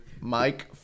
Mike